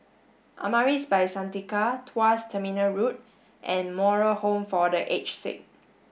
Amaris By Santika Tuas Terminal Road and Moral Home for The Aged Sick